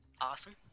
Awesome